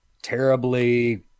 terribly